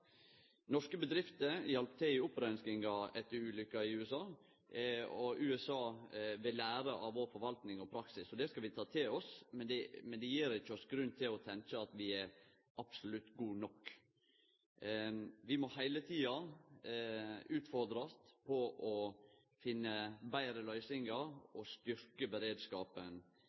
Norske bedrifter hjelpte til i oppreinskinga etter ulykka i USA, og USA vil lære av vår forvalting og praksis. Det skal vi ta til oss, men det gir oss ikkje grunn til å tenkje at vi er absolutt gode nok. Vi må heile tida utfordrast til å finne betre løysingar og styrkje beredskapen